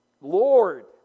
lord